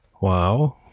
Wow